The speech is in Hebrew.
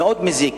מאוד מזיק,